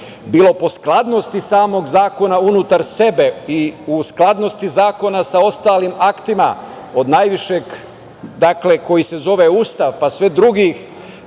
bilo po skladnosti samog zakona unutar sebe i u skladnosti zakona sa ostalim aktima, od najvišeg koji se zove Ustav, pa svih drugih,